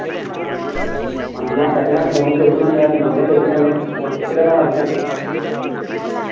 हांजी हां second hand phone बी बेचने होन्ने अस नमें वि बेचने होन्ने दस्सो केह्ड़ा लैना तुसें